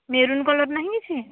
maroon colour ନାହିଁ କିଛି